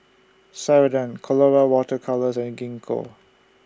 Ceradan Colora Water Colours and Gingko